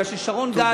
כי שרון גל,